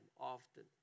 often